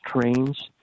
trains